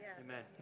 amen